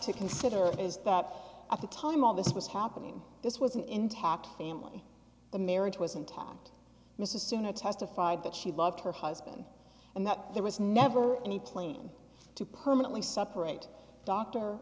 to consider is that at the time all this was happening this was an intact family the marriage was intact mrs suna testified that she loved her husband and that there was never any plane to permanently separate d